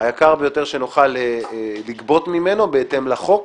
היקר ביותר שנוכל לגבות ממנו בהתאם לחוק